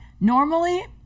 normally